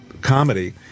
comedy